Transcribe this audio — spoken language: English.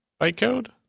bytecode